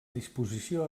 disposició